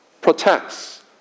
protects